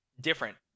different